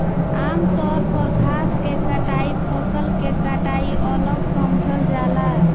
आमतौर पर घास के कटाई फसल के कटाई अलग समझल जाला